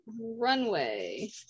Runway